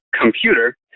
computer